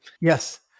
Yes